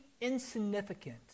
insignificant